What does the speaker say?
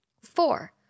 Four